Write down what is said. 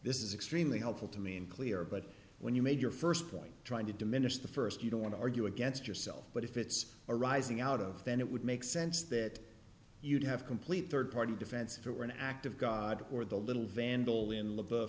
this is extremely helpful to me in clear but when you made your first point trying to diminish the first you don't want to argue against yourself but if it's arising out of then it would make sense that you'd have complete third party defense if there were an act of god or the little vandal in l